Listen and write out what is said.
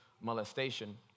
molestation